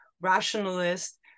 rationalist